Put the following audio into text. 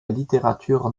littérature